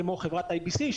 כמו חברת IBC,